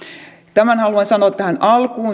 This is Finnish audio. tämän haluan sanoa tähän alkuun